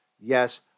yes